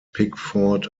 pickford